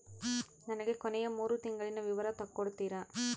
ನನಗ ಕೊನೆಯ ಮೂರು ತಿಂಗಳಿನ ವಿವರ ತಕ್ಕೊಡ್ತೇರಾ?